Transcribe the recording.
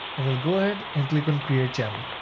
and we'll go ahead and click on create channel.